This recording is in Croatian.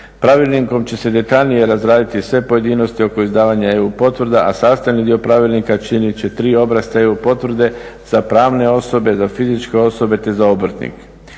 Pravilnikom će se detaljnije razraditi sve pojedinosti oko izdavanja EU potvrda, a sastavni dio pravilnika činit će 3 obrasca EU potvrde za pravne osobe, za fizičke osobe te za obrtnike.